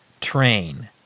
train